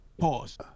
Pause